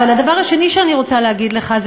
אבל הדבר השני שאני רוצה להגיד לך זה